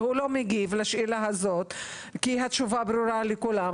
והוא לא מגיב לשאלה הזאת כי התשובה ברורה לכולם,